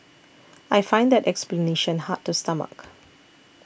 I find that explanation hard to stomach